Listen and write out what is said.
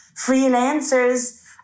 freelancers